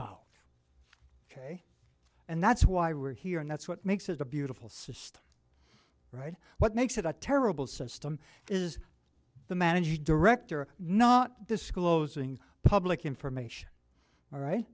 t ok and that's why we're here and that's what makes it a beautiful system right what makes it a terrible system is the managing director not disclosing public information all right